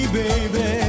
baby